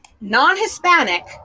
non-Hispanic